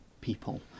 people